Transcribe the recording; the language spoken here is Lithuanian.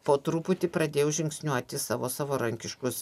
po truputį pradėjau žingsniuoti savo savarankiškus